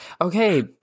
Okay